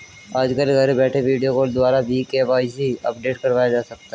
आजकल घर बैठे वीडियो कॉल द्वारा भी के.वाई.सी अपडेट करवाया जा सकता है